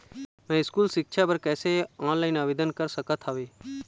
मैं स्कूल सिक्छा बर कैसे ऑनलाइन आवेदन कर सकत हावे?